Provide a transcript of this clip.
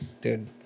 dude